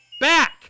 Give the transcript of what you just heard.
back